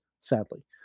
sadly